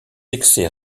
excès